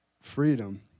freedom